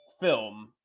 film